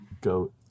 goat